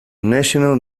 national